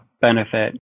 benefit